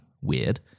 Weird